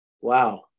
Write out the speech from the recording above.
wow